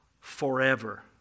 forever